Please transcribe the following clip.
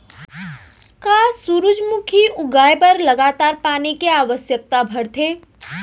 का सूरजमुखी उगाए बर लगातार पानी के आवश्यकता भरथे?